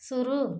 शुरू